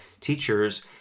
teachers